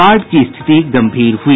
बाढ़ की स्थिति गम्भीर हुई